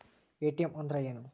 ATM ಅಂದ್ರ ಏನು?